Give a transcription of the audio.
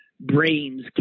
brain's